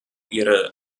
ihre